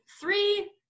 three